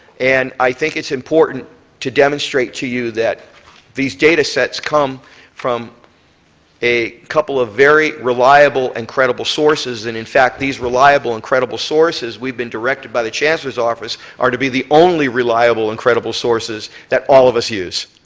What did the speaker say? and i think it's important to demonstrate to you that these data sets come from a couple of very reliable and credible sources. and these reliable and credible sources, we've been directed by the chancellor's office, are to be the only reliable and credible sources that all of us use.